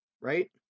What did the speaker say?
right